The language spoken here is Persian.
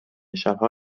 شبها